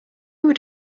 would